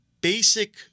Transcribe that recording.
basic